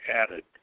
added